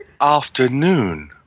Afternoon